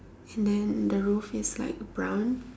and then the roof is like brown